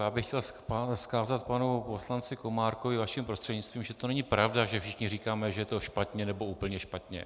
Chtěl bych vzkázat panu poslanci Komárkovi vaším prostřednictvím, že není pravda, že všichni říkáme, že je to špatně nebo úplně špatně.